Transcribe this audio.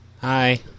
Hi